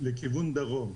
לכיוון דרום.